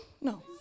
No